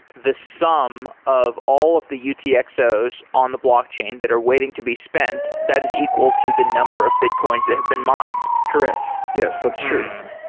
the sum of all of the utxos on the blockchain that are waiting to be spent, that is equal to the number of bitcoins that have been mined correct. yes, that's true.